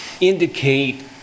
indicate